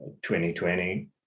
2020